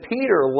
Peter